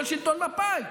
של שלטון מפא"י,